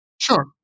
sure